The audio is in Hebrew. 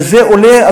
שזה עולה,